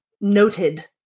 noted